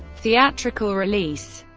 theatrical release